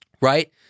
Right